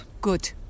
Good